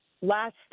last